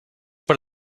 per